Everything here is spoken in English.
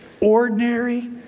ordinary